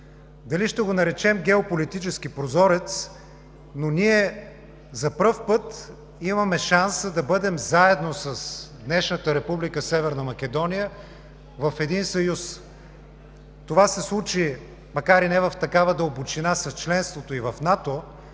Дали ще го наречем геополитически прозорец, но ние за пръв път имаме шанса да бъдем заедно с днешната Република Северна Македония в един съюз. Това се случи, макар и не в такава дълбочина, с членството ѝ в НАТО,